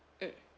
mm